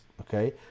okay